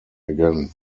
again